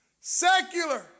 Secular